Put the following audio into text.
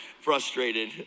Frustrated